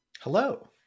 hello